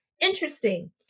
interesting